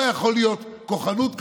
לא יכולה להיות כוחנות כזאת.